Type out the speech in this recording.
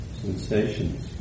sensations